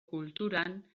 kulturan